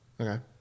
Okay